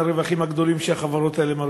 הרווחים הגדולים שהחברות האלה מרוויחות.